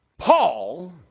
Paul